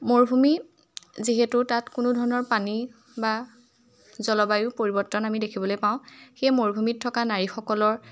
মৰুভূমি যিহেতু তাত কোনো ধৰণৰ পানী বা জলবায়ু পৰিৱৰ্তন আমি দেখিবলৈ পাওঁ সেই মৰুভূমিত থকা নাৰীসকলৰ